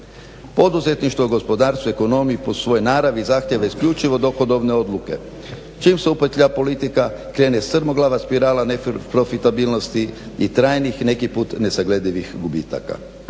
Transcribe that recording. Poduzetništvo, gospodarstvo, ekonomija po svojoj naravi zahtjeva isključivo dohodovne odluke. Čim se upetlja politika krene sedmoglava spirala neprofitabilnosti i trajni neki puta nesagledivih gubitaka